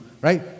right